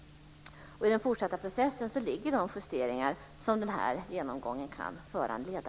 I den fortsatta processen ligger de justeringar som denna genomgång kan föranleda.